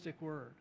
word